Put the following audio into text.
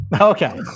Okay